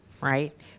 right